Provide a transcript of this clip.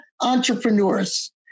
entrepreneurs